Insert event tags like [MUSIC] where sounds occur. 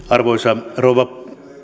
[UNINTELLIGIBLE] arvoisa rouva